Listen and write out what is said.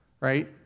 right